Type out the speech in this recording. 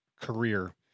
career